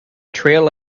trail